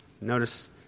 Notice